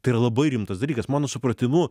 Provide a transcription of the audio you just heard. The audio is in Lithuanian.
tai yra labai rimtas dalykas mano supratimu